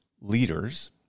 leaders